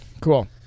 Cool